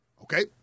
Okay